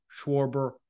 Schwarber